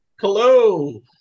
hello